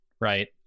Right